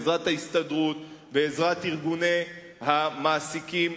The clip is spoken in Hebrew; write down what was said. בעזרת ההסתדרות ובעזרת ארגוני המעסיקים,